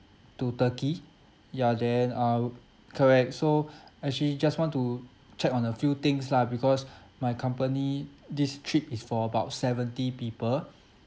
to turkey ya then I uh correct so actually just want to check on a few things lah because my company this trip is for about seventy people